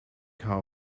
hou